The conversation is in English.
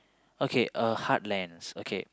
okay uh heartlands okay